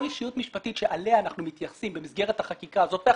כל אישיות משפטית שעליה אנחנו מתייחסים במסגרת החקיקה הזאת והאחרות,